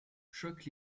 choque